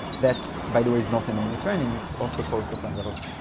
that, by the way is not in the mediterranean. it's off the coast of lanzarote.